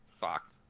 fuck